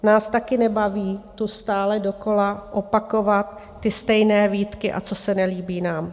Nás taky nebaví tu stále dokola opakovat ty stejné výtky a co se nelíbí nám.